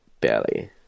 barely